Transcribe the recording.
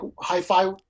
hi-fi